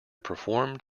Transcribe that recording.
performed